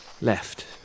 left